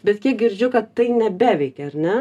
bet kiek girdžiu kad tai nebeveikia ar ne